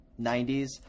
90s